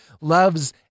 loves